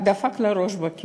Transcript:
דפק לה את הראש בקיר.